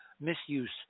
misuse